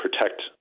protect